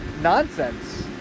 nonsense